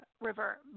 River